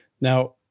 Now